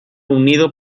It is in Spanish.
unido